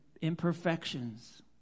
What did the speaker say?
imperfections